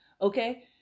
Okay